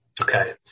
Okay